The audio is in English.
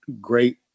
great